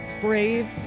brave